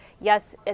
yes